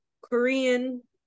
Korean